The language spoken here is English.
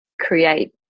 create